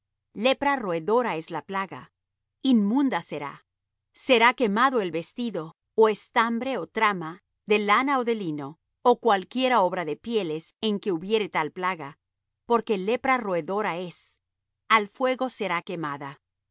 lepra roedora es la plaga inmunda será será quemado el vestido ó estambre ó trama de lana ó de lino ó cualquiera obra de pieles en que hubiere tal plaga porque lepra roedora es al fuego será quemada